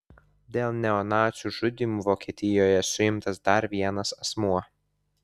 dėl neonacių žudymų vokietijoje suimtas dar vienas asmuo